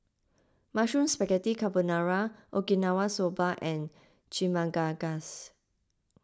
Mushroom Spaghetti Carbonara Okinawa Soba and Chimichangas